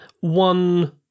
one